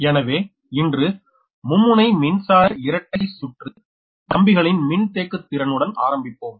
எனவே இன்று மும்முனை மின்சார இரட்டை சுற்று கம்பிகளின் மின்தேக்குத் திறனுடன் ஆரம்பிப்போம்